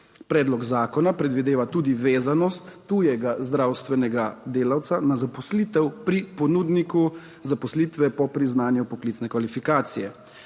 Predlog zakona predvideva tudi vezanost tujega zdravstvenega delavca na zaposlitev pri ponudniku zaposlitve po priznanju poklicne kvalifikacije.